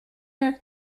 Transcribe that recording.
jak